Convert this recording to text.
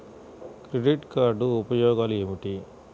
Credit card ఉపయోగాలు ఏమిటి?